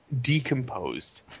decomposed